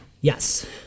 Yes